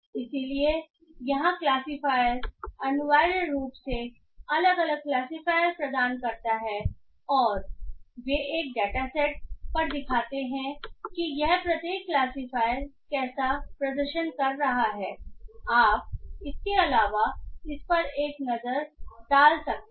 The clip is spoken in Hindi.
इसलिए यहां क्लासिफायर अनिवार्य रूप से अलग अलग क्लासिफायर प्रदान करता है और वे एक डेटा सेट पर दिखाते हैं कि यह प्रत्येक क्लासिफायर कैसा प्रदर्शन कर रहा है आप इसके अलावा इस पर एक नज़र डाल सकते हैं